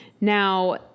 Now